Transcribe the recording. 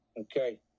Okay